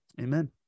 Amen